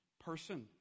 person